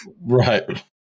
Right